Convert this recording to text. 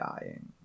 dying